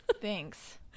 Thanks